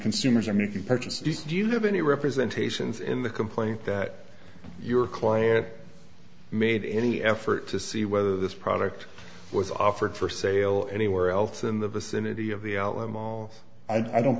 consumers are making purchases do you have any representations in the complaint that your client made any effort to see whether this product was offered for sale anywhere else in the vicinity of the outlet mall and i don't